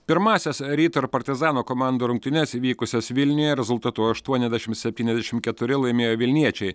pirmąsias ryto ir partizano komandų rungtynes vykusias vilniuje rezultatu aštuoniasdešim septyniasdešim keturi laimėjo vilniečiai